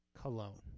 Cologne